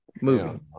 movie